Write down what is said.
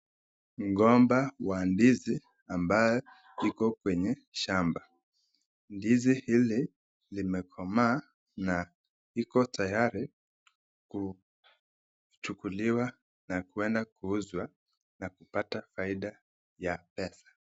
Mgomba wa ndizi ambaye iko kwenye shamba. Ndizi hili limekomaa na iko tayari kuchukuliwa na kueda kuuzwa na kupata faida ya pesa.